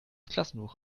klassenbuch